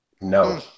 No